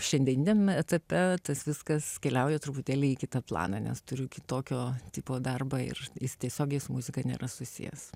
šiandieniniam etape tas viskas keliauja truputėlį į kitą planą nes turiu kitokio tipo darbą ir jis tiesiogiai su muzika nėra susijęs